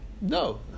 no